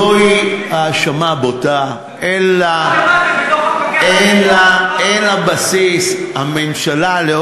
זוהי האשמה בוטה, אין לה, זו לא האשמה.